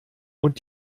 und